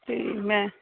ਅਤੇ ਮੈਂ